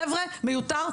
חברה מיותר,